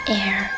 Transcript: air